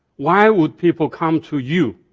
why would people come to you?